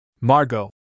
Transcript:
Margot